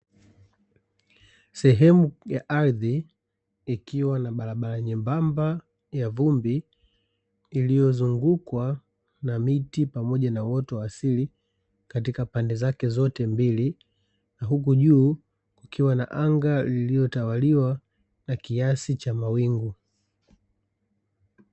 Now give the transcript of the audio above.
Sehemu ya ardhi ikiwa na barabara nyembamba ya vumbi iliyozungukwa na miti pamoja na uoto wa asili katika pande zake zote mbili. Huku juu ikiwa na anga lililotawaliwa na kiasi cha mawingu.